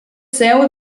seu